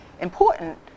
important